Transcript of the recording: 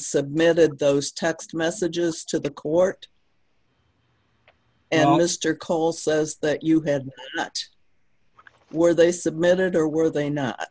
submitted those text messages to the court and mr cole says that you had not were they submitted or were they not